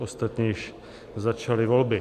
Ostatně již začaly volby.